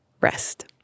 rest